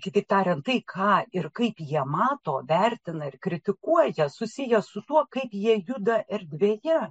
kitaip tariant tai ką ir kaip jie mato vertina ir kritikuoja susiję su tuo kaip jie juda erdvėje